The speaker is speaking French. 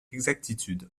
exactitude